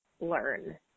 learn